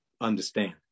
understand